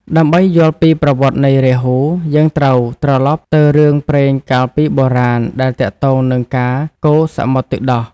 ដើម្បីយល់ពីប្រវត្តិនៃរាហូ យើងត្រូវត្រឡប់ទៅរឿងព្រេងកាលពីបុរាណដែលទាក់ទងនឹងការកូរសមុទ្រទឹកដោះ។